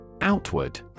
Outward